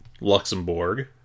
Luxembourg